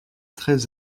très